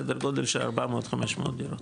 סדר גודל של 400-500 דירות.